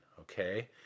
okay